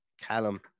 Callum